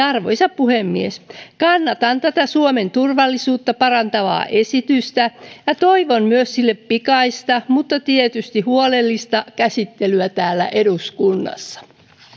arvoisa puhemies kannatan tätä suomen turvallisuutta parantavaa esitystä ja toivon sille myös pikaista mutta tietysti huolellista käsittelyä täällä eduskunnassa